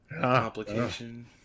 complication